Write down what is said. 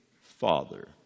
Father